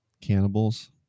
cannibals